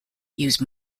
use